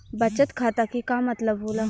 बचत खाता के का मतलब होला?